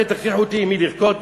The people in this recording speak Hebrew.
אתם תכריחו אותי עם מי לרקוד?